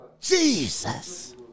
Jesus